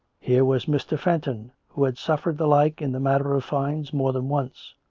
here was mr. fenton, who had suffered the like in the matter of fines more than once.